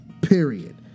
period